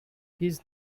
his